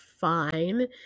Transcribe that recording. fine